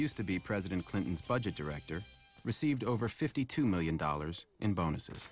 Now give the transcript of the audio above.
used to be president clinton's budget director received over fifty two million dollars in bonuses